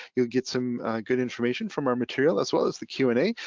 you'll get some good information from our material as well as the q and a.